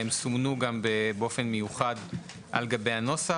והם סומנו גם באופן מיוחד על גבי הנוסח.